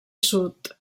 sud